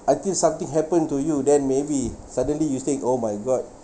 I think something happened to you then maybe suddenly you say oh my god